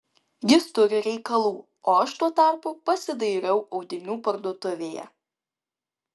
jis turi reikalų o aš tuo tarpu pasidairau audinių parduotuvėje